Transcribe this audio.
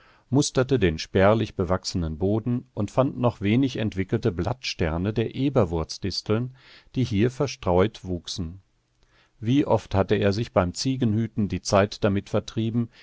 musterte den spärlich bewachsenen boden und fand noch wenig entwickelte blattsterne der eberwurzdisteln die hier verstreut wuchsen wie oft hatte er sich beim ziegenhüten die zeit damit vertrieben